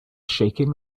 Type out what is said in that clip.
shaking